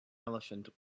elephant